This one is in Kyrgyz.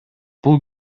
бул